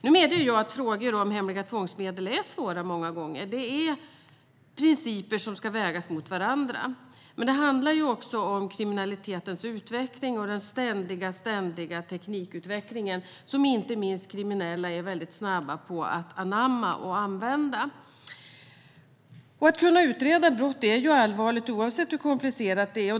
Jag medger att frågor om hemliga tvångsmedel många gånger är svåra. Det är principer som ska vägas mot varandra. Men det handlar också om kriminalitetens utveckling och den ständiga teknikutvecklingen, som inte minst kriminella är snabba med att anamma och använda. Att kunna utreda brott är allvarliga frågor oavsett hur komplicerat det är.